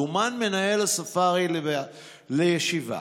זומן מנהל הספארי לישיבה,